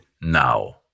now